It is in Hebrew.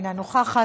אינה נוכחת,